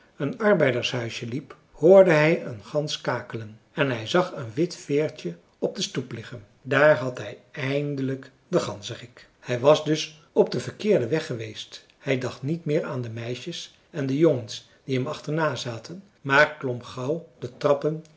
een arbeidershuisje liep hoorde hij een gans kakelen en hij zag een wit veertje op de stoep liggen daar had hij eindelijk den ganzerik hij was dus op den verkeerden weg geweest hij dacht niet meer aan de meisjes en jongens die hem achternazaten maar klom gauw de trappen